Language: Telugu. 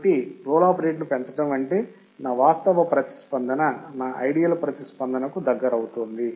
కాబట్టి రోల్ ఆఫ్ రేటును పెంచడం అంటే నా వాస్తవ ప్రతిస్పందన నా ఐడియల్ ప్రతిస్పందనకు దగ్గరవుతోంది